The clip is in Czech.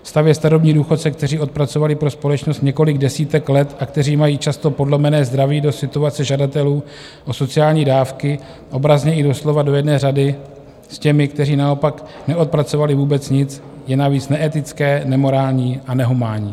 Stavět starobní důchodce, kteří odpracovali pro společnost několik desítek let a kteří mají často podlomené zdraví, do situace žadatelů o sociální dávky, obrazně i doslova do jedné řady s těmi, kteří naopak neodpracovali vůbec nic, je navíc neetické, nemorální a nehumánní.